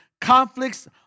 conflicts